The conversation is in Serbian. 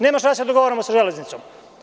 Nema šta da se dogovaramo sa „Železnicom“